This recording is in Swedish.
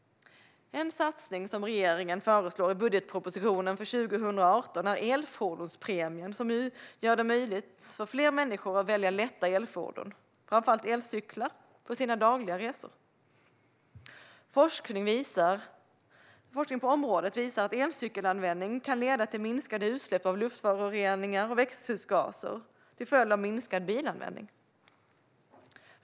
En satsning som regeringen föreslår i budgetpropositionen för 2018 är elfordonspremien som gör det möjligt för fler människor att välja lätta elfordon, framför allt elcyklar, för sina dagliga resor. Forskning på området visar att elcykelanvändning kan leda till minskade utsläpp av luftföroreningar och växthusgaser till följd av minskad bilanvändning.